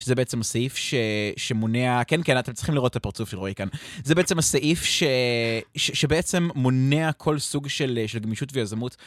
שזה בעצם הסעיף שמונע... כן, כן, אתם צריכים לראות את הפרצוף של רועי כאן. זה בעצם הסעיף שבעצם מונע כל סוג של גמישות ויזמות.